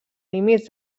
límits